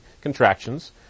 contractions